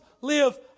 live